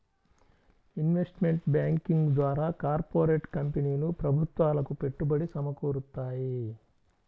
investment banking ద్వారా corporate కంపెనీలు ప్రభుత్వాలకు పెట్టుబడి సమకూరుత్తాయి